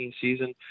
season